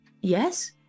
Yes